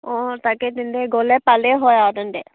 অঁ তাকে তেন্তে গ'লে পালে হয় আৰু তেন্তে